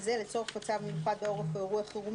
סליחה, חשוב להגיד את זה כי זאת האמת.